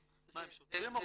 - מה הם שוטרים או רופאים?